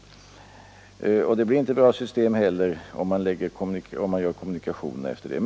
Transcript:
Det blir inte heller något bra system om man planerar kommunikationerna på liknande sätt.